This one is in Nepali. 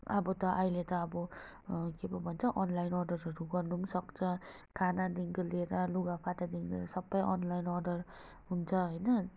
अब त अहिले त अब के पो भन्छ अनलाइन अर्डरहरू गर्नु पनि सक्छ खानादेखिको लिएर लुगाफाटादेखिको लिएर सबै अनलाइन अर्डर हुन्छ होइन